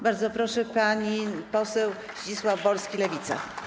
Bardzo proszę, pan poseł Zdzisław Wolski, Lewica.